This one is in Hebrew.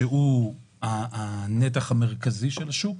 שהוא הנתח המרכזי של השוק,